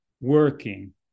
working